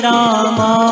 Rama